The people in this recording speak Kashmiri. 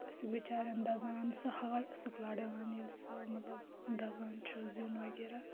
اَتھہٕ ٲسکھ بِچارؠن دَزان سۄ ہاے ٲسکھ لاران ییٚلہِ سُہ مَطلَب دَزان چھُ زِیُن وَغیرہ